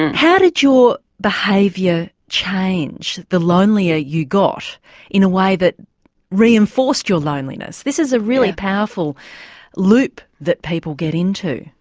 and how did your behaviour change, the lonelier you got in a way that reinforced your loneliness this is a really powerful loop that people get into.